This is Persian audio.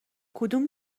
کدوم